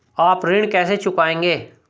आप ऋण कैसे चुकाएंगे?